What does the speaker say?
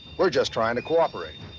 we're just trying to cooperate.